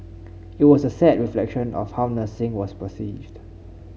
it was a sad reflection of how nursing was perceived